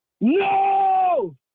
No